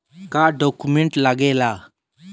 का डॉक्यूमेंट लागेला?